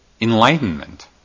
enlightenment